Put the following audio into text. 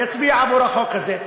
יצביע עבור החוק הזה.